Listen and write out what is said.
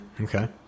Okay